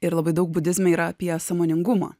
ir labai daug budizme yra apie sąmoningumą